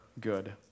good